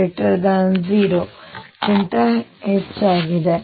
ಗಿಂತ ಹೆಚ್ಚಾಗಿದೆ